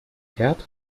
herd